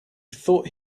thought